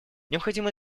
необходимо